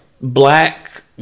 black